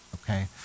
okay